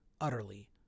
utterly